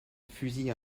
fusils